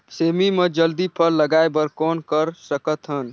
सेमी म जल्दी फल लगाय बर कौन कर सकत हन?